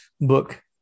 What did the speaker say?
book